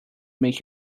make